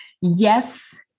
Yes